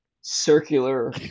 circular